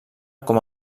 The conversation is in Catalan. com